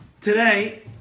today